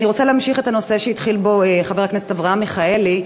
אני רוצה להמשיך בנושא שהתחיל בו חבר הכנסת אברהם מיכאלי.